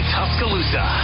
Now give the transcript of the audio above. Tuscaloosa